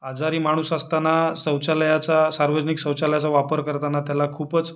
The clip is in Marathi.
आजारी माणूस असताना शौचालयाचा सार्वजनिक शौचालयाचा वापर करताना त्याला खूपच